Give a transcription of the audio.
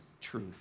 truth